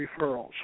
referrals